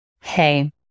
hey